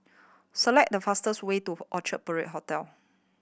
select the fastest way to Orchard Parade Hotel